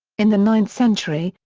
in the ninth century,